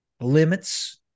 limits